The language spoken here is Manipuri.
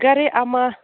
ꯒꯥꯔꯤ ꯑꯃ